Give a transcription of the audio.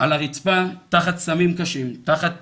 על הרצפה תחת סמים קשים, תחת